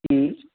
ਜੀ